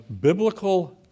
biblical